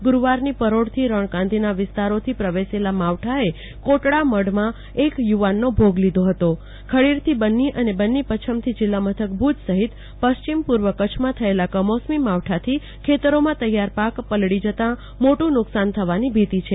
ગુરૂવારની પરોઢ થી રણકાંધીના વિસ્તારો થી પ્રવેશેલા માવઠાએ કોટડામઢમાં એક યુ વાનનો ભોગ લીધો હતો ખડીર થી બન્ની અને બન્ની પચ્છમ થી જિલ્લા મથક ભુજ સહિત પશ્ચિમ પુર્વ કચ્છમાં થયેલા કમોસમી માવઠાથી ખેતરોમાં તૈયાર પાક પલળી જતા મોટુ નુકશાન થવાની ભીતી છે